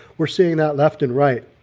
we're seeing that left and right.